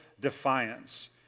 defiance